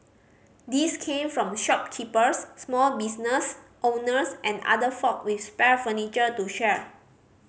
these came from shopkeepers small business owners and other folk with spare furniture to share